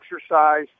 exercise